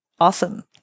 awesome